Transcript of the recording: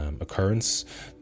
occurrence